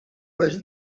was